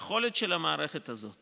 והיכולת של המערכת הזאת